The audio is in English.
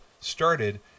started